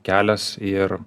kelias ir